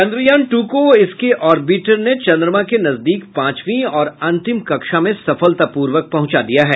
Chandrayaan two को इसके orbiter ने चन्द्रमा के नजदीक पांचवीं और अन्तिम कक्षा में सफलता पूर्वक पहुंचा दिया है